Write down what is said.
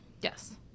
Yes